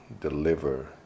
deliver